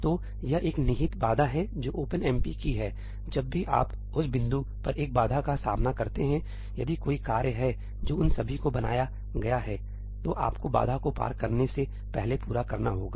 तो यह एक निहित बाधा है जो ओपनएमपी की हैजब भी आप उस बिंदु पर एक बाधा का सामना करते हैं यदि कोई कार्य है जो उन सभी को बनाया गया है तो आपको बाधा को पार करने से पहले पूरा करना होगा